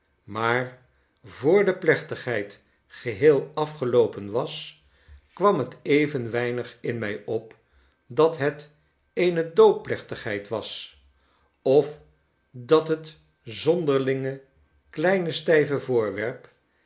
maar voor de plechtigheid geheel afgeloopen was kwam het even weinig in mij op dat het eene doopplechtigheid was of dat het zonderlinge kleine stijve voorwerp